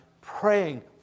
praying